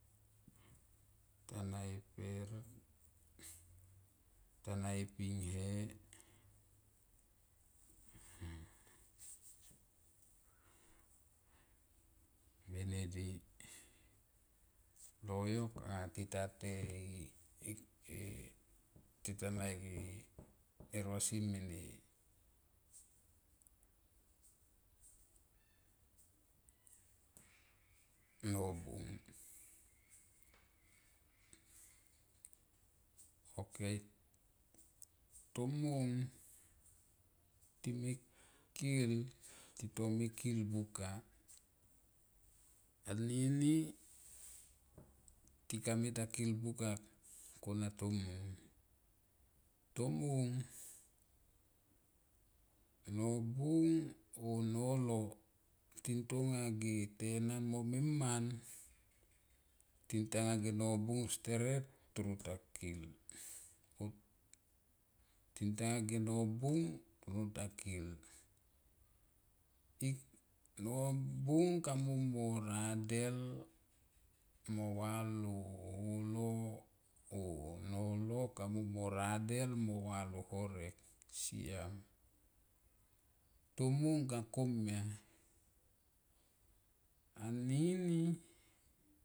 Tana e per, tana e ping he mene di loyok a tita tei, tita nai e rosie mene nogub ok tomiang te mekil ti to me skil buka anlni temita ti kamita kil buka kona tomung, tomung nobung a nolo tintonga se tenan mo miman tintanga ge nobung steret toro ta kil, tintanga ge nobung to re ta kil. Nobung kamui moradel mo va lo holo or holo kamuimo radel mo va lo horek tomung ka komia anini.